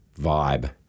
vibe